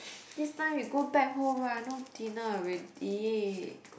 this time you go back home right no dinner already